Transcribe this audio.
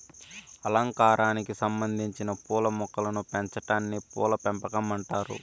అలంకారానికి సంబందించిన పూల మొక్కలను పెంచాటాన్ని పూల పెంపకం అంటారు